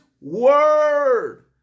word